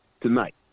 tonight